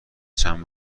چند